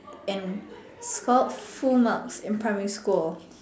and scored full marks in primary school